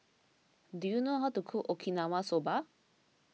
do you know how to cook Okinawa Soba